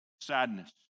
sadness